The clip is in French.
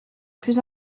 plus